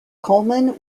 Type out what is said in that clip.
coleman